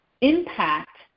impact